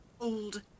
old